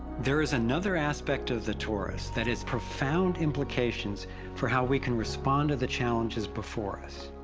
there is another aspect of the torus, that has profound implications for how we can respond to the challenges before us.